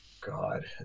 god